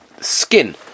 skin